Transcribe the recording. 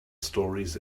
stories